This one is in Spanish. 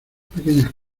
pequeñas